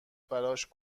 براش